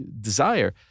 desire